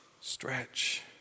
Stretch